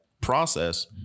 process